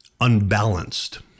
unbalanced